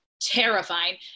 terrifying